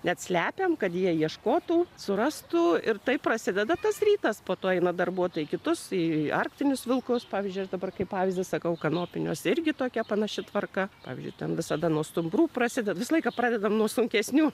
net slepiam kad jie ieškotų surastų ir taip prasideda tas rytas po to eina darbuotojai kitus į arktinius vilkus pavyzdžiui dabar kaip pavyzdį sakau kanopinius irgi tokia panaši tvarka pavyzdžiui ten visada nuo stumbrų prasideda visą laiką pradedam nuo sunkesnių